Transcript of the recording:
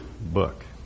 book